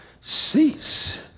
cease